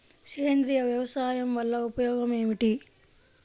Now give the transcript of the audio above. సేంద్రీయ వ్యవసాయం వల్ల ఉపయోగం ఏమిటి?